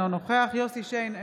אינו נוכח יוסף שיין,